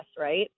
right